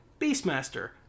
Beastmaster